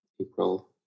april